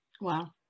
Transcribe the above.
wow